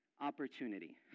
opportunity